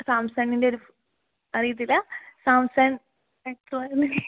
സാംസങ്ങിന്റെ ഒരു അറിയില്ലേ സാംസങ്ങ് മെട്രോ എന്നല്ലേ